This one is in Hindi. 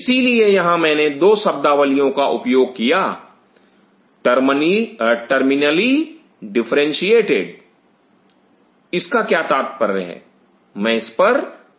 इसलिए यहां मैंने दो शब्दावलिओं का उपयोग किया टर्मिनली डिफरेंशिएटेड इसका क्या तात्पर्य है मैं इस पर आऊंगा